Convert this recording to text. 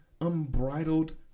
unbridled